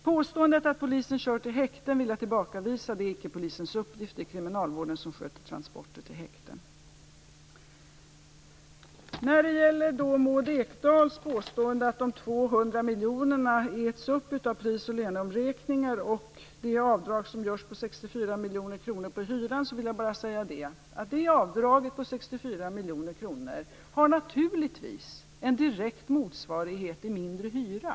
Påståendet att polisen kör till häkten vill jag tillbakavisa. Det är icke polisens uppgift. Det är kriminalvården som sköter transporter till häkten. Maud Ekendahl påstår att de 200 miljonerna äts upp av pris och löneomräkningar och av det avdrag som görs med 64 miljoner kronor på hyran. Jag vill bara säga att avdraget på 64 miljoner kronor naturligtvis har en direkt motsvarighet i mindre hyra.